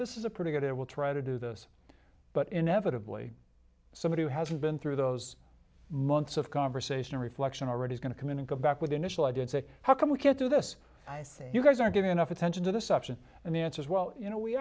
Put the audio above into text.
this is a pretty good i will try to do this but inevitably somebody who has been through those months of conversation reflection already going to come in and come back with initial i did say how come we can't do this i say you guys aren't getting enough attention to this option and the answer is well you know we